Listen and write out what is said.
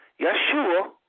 Yeshua